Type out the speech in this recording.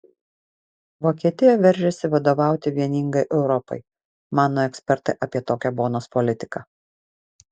vokietija veržiasi vadovauti vieningai europai mano ekspertai apie tokią bonos politiką